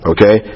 Okay